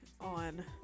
on